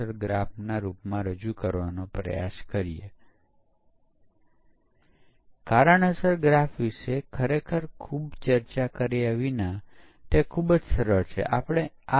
હવે બીજો મૂળભૂત ખ્યાલ કે જેના વિશે આપણે ચર્ચા કરવા માંગીએ છીએ તે છે ફોલ્ટ મોડેલ